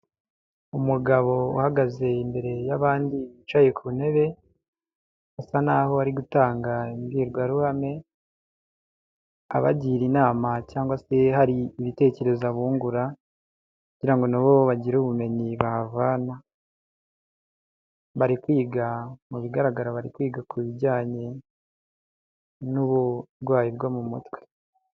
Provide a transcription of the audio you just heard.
Umugabo uhagaze imbere y'abandi bicaye ku ntebe asa naho ari gutanga imbwirwaruhame, abagira inama cyangwa se hari ibitekerezo abungura kugira ngo nabo bagire ubumenyi bahavana, bari kwiga, mu bigaragara bari kwiga ku bijyanye n'uburwayi bwo mu mutwe.